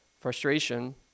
frustration